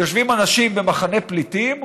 יושבים אנשים במחנה פליטים,